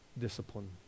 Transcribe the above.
Discipline